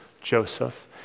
Joseph